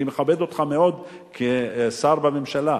אני מכבד אותך מאוד כשר בממשלה,